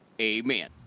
Amen